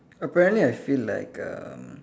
apparently I feel like um